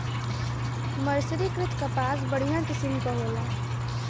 मर्सरीकृत कपास बढ़िया किसिम क होला